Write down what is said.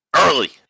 early